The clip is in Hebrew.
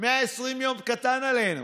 120 יום קטן עלינו.